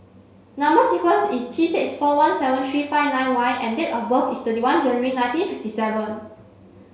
number sequence is T six four one seven three five nine Y and date of birth is thirty one January nineteen fifty seven